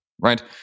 right